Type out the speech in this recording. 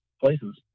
places